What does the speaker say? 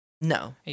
No